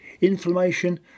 inflammation